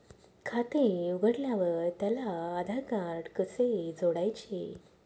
खाते उघडल्यावर त्याला आधारकार्ड कसे जोडायचे?